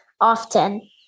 often